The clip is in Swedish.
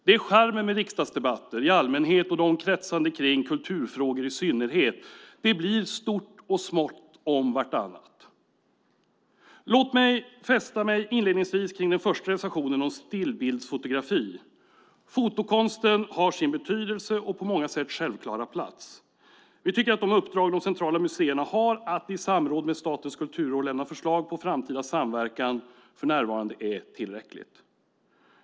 Det är charmen med riksdagsdebatter i allmänhet och dem som kretsar kring kulturfrågor i synnerhet. Det är stort och smått om vartannat. Låt mig inledningsvis ta fasta på den första reservationen, den om stillbildsfotografi. Fotokonsten har sin betydelse och på många sätt självklara plats. Vi tycker att det uppdrag de centrala museerna har att i samråd med Statens kulturråd lämna förslag på framtida samverkan är tillräckligt för närvarande.